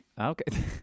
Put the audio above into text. Okay